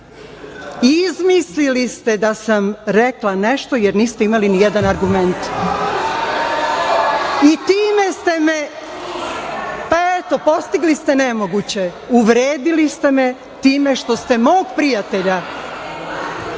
Izmislili ste da sam rekla nešto, jer niste imali ni jedan argument. Time ste me, eto, postigli ste nemoguće, uvredili ste me time što ste mog prijatelja